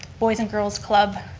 boys and girls club,